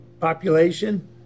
population